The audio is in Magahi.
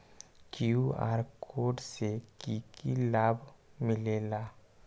कियु.आर कोड से कि कि लाव मिलेला?